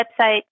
website